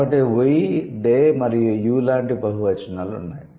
కాబట్టి 'we they మరియు you' లాంటి బహు వచనాలు ఉన్నాయి